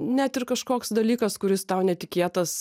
net ir kažkoks dalykas kuris tau netikėtas